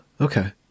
okay